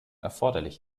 erforderlich